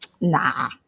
Nah